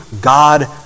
God